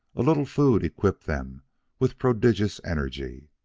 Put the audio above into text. a little food equipped them with prodigious energy.